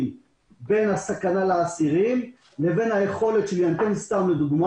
בין הסכנה לאסירים לבין היכולת שלי להכניס משפחות.